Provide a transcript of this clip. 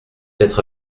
être